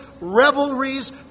revelries